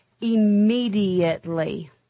immediately